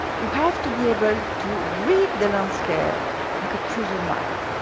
you have to be able to read the landscape like a treasure map.